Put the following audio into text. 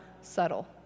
subtle